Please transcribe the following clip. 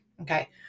Okay